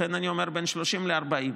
לכן אני אומר בין 30,000 ל-40,000.